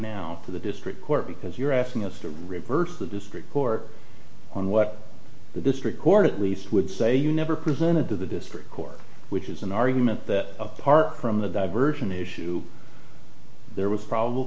now to the district court because you're asking us to reverse the district court on what the district court at least would say you never presented to the district court which is an argument that apart from the diversion issue there was probable